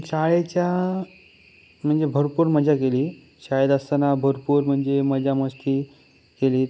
शाळेच्या म्हणजे भरपूर मजा केली शाळेत असताना भरपूर म्हणजे मजा मस्ती केली